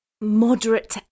moderate